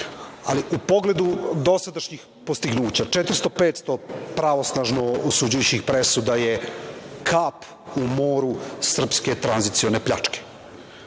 Ali, u pogledu dosadašnjih postignuća, 400, 500 pravosnažno osuđujućih presuda je kap u moru srpske tranzicione pljačke. Ako